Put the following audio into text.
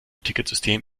ticketsystem